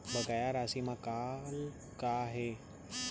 बकाया राशि मा कॉल का हे?